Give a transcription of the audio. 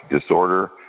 disorder